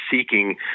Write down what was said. seeking